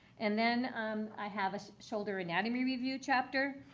and then i have a shoulder anatomy review chapter.